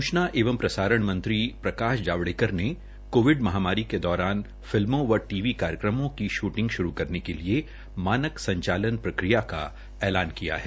सूचना एवं प्रसारण मंत्री प्रकाश जावड़ेकर ने कोविड महामारी दौरान फिल्मों व टी वी कार्यक्रमों की शूटिंग शूरू करने के लिए मानक संचालन प्रक्रिया का ऐलान किया है